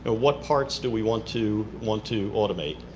ah what parts do we want to want to automate?